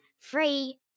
Free